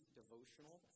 devotional